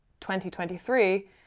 2023